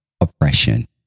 oppression